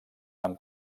han